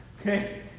Okay